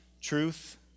truth